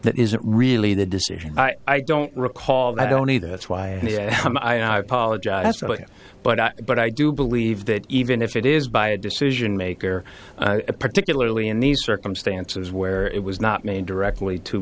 that isn't really the decision i don't recall that i don't either that's why it apologized but i but i do believe that even if it is by a decision maker particularly in these circumstances where it was not made directly to